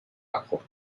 abbruch